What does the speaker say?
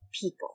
people